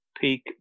Peak